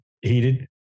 heated